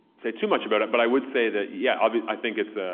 say too much about it, but i would say that, yeah, i mean i think it's,